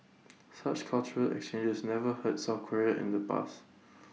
such cultural exchanges never hurt south Korea in the past